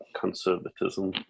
conservatism